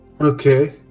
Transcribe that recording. Okay